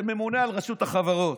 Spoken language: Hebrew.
שממונה על רשות החברות.